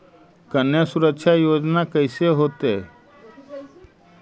कन्या सुरक्षा योजना कैसे होतै?